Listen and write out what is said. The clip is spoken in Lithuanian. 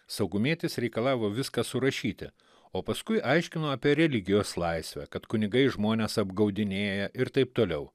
saugumietis reikalavo viską surašyti o paskui aiškino apie religijos laisvę kad kunigai žmones apgaudinėja ir taip toliau